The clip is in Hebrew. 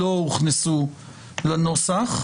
לא הוכנסו לנוסח.